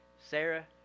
Sarah